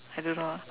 I don't know lah